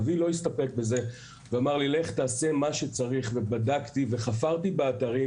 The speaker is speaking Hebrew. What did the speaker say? אבי לא הסתפק בזה ואמר לי לך תעשה מה שצריך ובדקתי וחפרתי באתרים